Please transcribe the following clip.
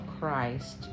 Christ